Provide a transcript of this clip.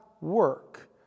work